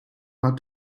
hat